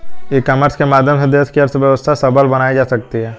ई commerce के माध्यम से देश की अर्थव्यवस्था सबल बनाई जा सकती है